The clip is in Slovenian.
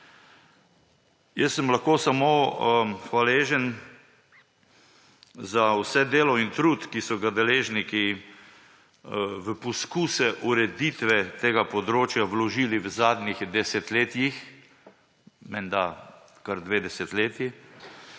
Jaz sem lahko samo hvaležen za vse delo in trud, ki so ga deležniki v poskuse ureditve tega področja vložili v zadnjih desetletji, menda kar dve desetletji.